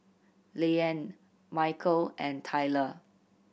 Layne Micheal and Tyler